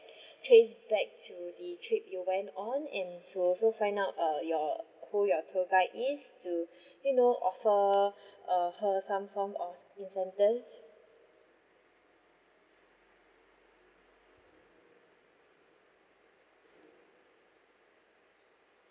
trace back to the trip you went on and to also find out uh your who your tour guide is to you know offer uh her some form of incentives